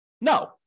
No